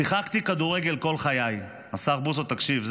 שיחקתי כדורגל כל חיי, השר בוסו, תקשיב,